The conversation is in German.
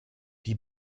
die